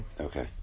okay